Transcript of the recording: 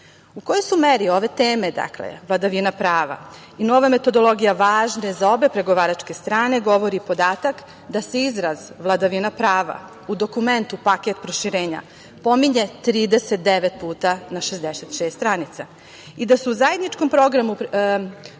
kojoj su meri ove teme, dakle, vladavina prava i nova metodologija važne za obe pregovaračke strane govori podatak da se izraz - vladavina prava u dokumentu paket proširenja pominje 39 puta na 66 stranica i da su u zajedničkom programu predsedavanja